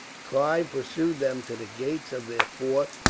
clive pursued them to the gates of their fort,